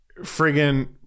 friggin